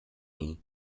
nie